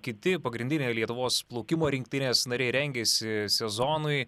kiti pagrindiniai lietuvos plaukimo rinktinės nariai rengiasi sezonui